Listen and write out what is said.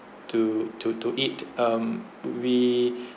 to to to eat um we